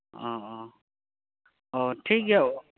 ᱚᱻ ᱚᱻ ᱚᱻ ᱴᱷᱤᱠ ᱜᱮᱭᱟ